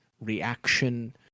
reaction